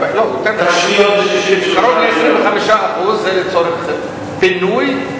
קרוב ל-25% זה לצורך פינוי,